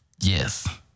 Yes